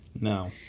No